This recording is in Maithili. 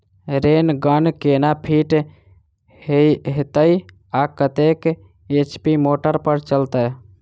रेन गन केना फिट हेतइ आ कतेक एच.पी मोटर पर चलतै?